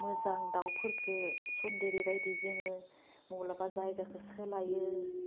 मोजां दाउफोरखो सनदेरिबायदि मलाबा जायगाखौ सोलायो